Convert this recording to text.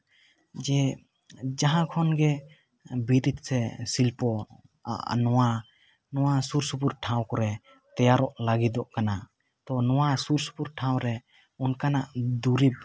ᱡᱮ ᱡᱟᱦᱟᱸ ᱠᱷᱚᱱ ᱜᱮ ᱵᱤᱨᱤᱫᱽ ᱥᱮ ᱥᱤᱞᱯᱚ ᱱᱚᱣᱟ ᱥᱩᱨ ᱥᱩᱯᱩᱨ ᱴᱷᱟᱶ ᱠᱚᱨᱮ ᱛᱮᱭᱟᱨᱚᱜ ᱞᱟᱹᱜᱤᱫᱚᱜ ᱠᱟᱱᱟ ᱛᱚ ᱱᱚᱣᱟ ᱥᱩᱨ ᱥᱩᱯᱩᱨ ᱴᱷᱟᱶ ᱨᱮ ᱚᱱᱠᱟᱱᱟᱜ ᱫᱩᱨᱤᱵᱽ